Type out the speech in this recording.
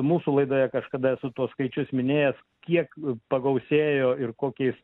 mūsų laidoje kažkada esu tuos skaičius minėjęs kiek pagausėjo ir kokiais